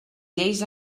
lleis